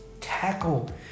tackle